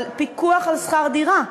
על פיקוח על שכר דירה,